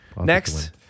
Next